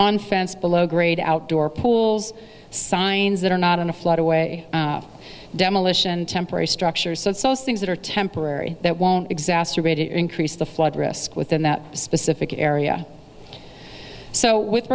unfenced below grade outdoor pools signs that are not in a flood a way demolition temporary structures and so things that are temporary that won't exacerbate increase the flood risk within that specific area so with